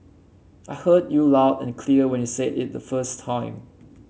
I heard you loud and clear when you said it the first time